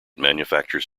manufactures